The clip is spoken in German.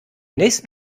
nächsten